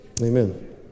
Amen